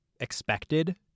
expected